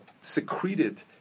secreted